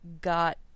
got